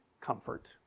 comfort